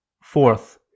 Fourth